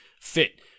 fit